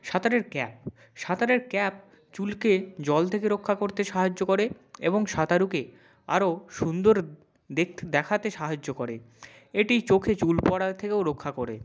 সাঁতারের ক্যাপ সাঁতারের ক্যাপ চুলকে জল থেকে রক্ষা করতে সাহায্য করে এবং সাতারুকে আরও সুন্দর দেখাতে সাহায্য করে এটি চোখে চুল পড়া থেকেও রক্ষা করে